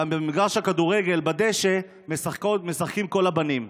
ובמגרש הכדורגל בדשא משחקים כל הבנים.